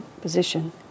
position